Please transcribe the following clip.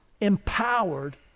empowered